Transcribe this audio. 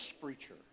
preacher